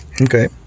okay